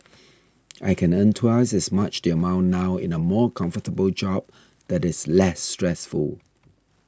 I can earn twice as much the amount now in a more comfortable job that is less stressful